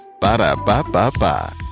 Ba-da-ba-ba-ba